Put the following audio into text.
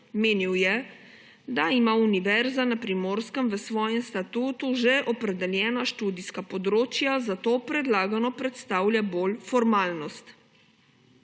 Menil je, da ima Univerza na Primorskem v svojem statutu že opredeljena študijska področja, zato predlagano prestavlja bolj formalnost.